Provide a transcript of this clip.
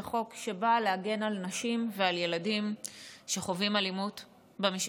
זה חוק שבא להגן על נשים ועל ילדים שחווים אלימות במשפחה.